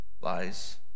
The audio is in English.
lies